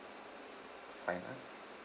fine ah